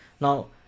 Now